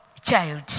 child